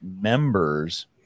members